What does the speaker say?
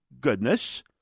goodness